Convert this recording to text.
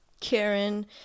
Karen